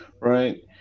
right